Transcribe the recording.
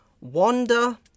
Wanda